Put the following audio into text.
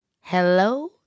hello